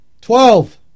Twelve